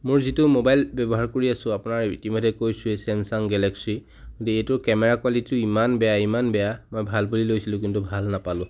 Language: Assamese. মোৰ যিটো মোবাইল ব্যৱহাৰ কৰি আছো আপোনাৰ ইতিমধ্যে কৈছোৱেই চেমচাং গেলক্সী এইটো কেমেৰা কোৱালিটি ইমান বেয়া ইমান বেয়া মই ভাল বুলি লৈছিলো কিন্তু ভাল নাপালোঁ